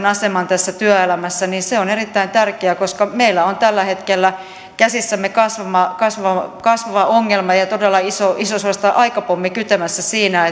aseman tässä työelämässä se on erittäin tärkeää koska meillä on tällä hetkellä käsissämme kasvava kasvava ongelma ja suorastaan todella iso aikapommi kytemässä siinä